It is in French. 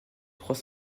trois